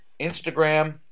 Instagram